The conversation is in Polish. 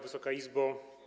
Wysoka Izbo!